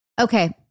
Okay